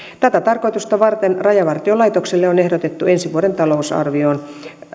tätä tarkoitusta varten rajavartiolaitokselle on ehdotettu ensi vuoden talousarvioon